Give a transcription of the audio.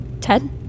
Ted